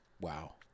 Wow